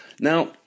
Now